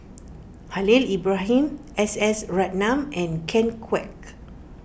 Khalil Ibrahim S S Ratnam and Ken Kwek